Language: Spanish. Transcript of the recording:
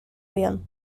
avión